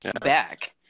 back